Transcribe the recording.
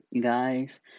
guys